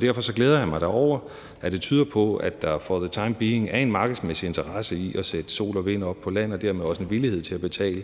Derfor glæder jeg mig da over, at det tyder på, at der for the time being er en markedsmæssig interesse i at sætte sol- og vindenergi op på landog dermed også en villighed til at betale